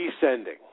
descending